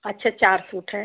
अच्छा चार सूट है